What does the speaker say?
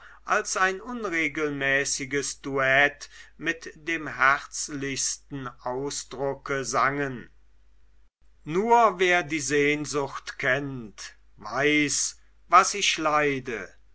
als ein unregelmäßiges duett mit dem herzlichsten ausdrucke sangen nur wer die sehnsucht kennt weiß was ich leide